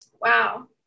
Wow